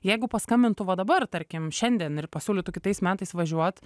jeigu paskambintų va dabar tarkim šiandien ir pasiūlytų kitais metais važiuot